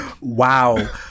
Wow